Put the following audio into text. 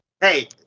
hey